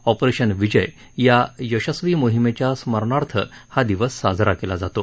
operation Vijay या यशस्वी मोहिमेच्या स्मरणार्थ हा दिवस साजरा केला जातो